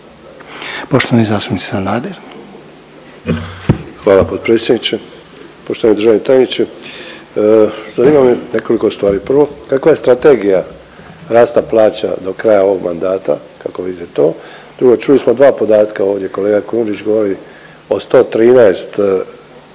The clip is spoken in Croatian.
**Sanader, Ante (HDZ)** Hvala potpredsjedniče. Poštovani državni tajniče, zanima me nekoliko stvari. Prvo, kakva je strategija rasta plaća do kraja ovog mandata, kako vidite to? Drugo, čuli smo dva podatka, ovdje kolega Kujundžić govori o 113%,